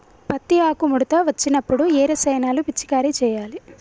పత్తి ఆకు ముడత వచ్చినప్పుడు ఏ రసాయనాలు పిచికారీ చేయాలి?